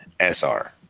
SR